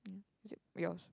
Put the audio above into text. is it yours